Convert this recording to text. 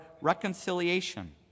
reconciliation